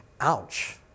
Ouch